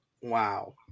Wow